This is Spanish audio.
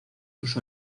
sus